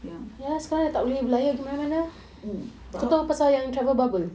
ya mmhmm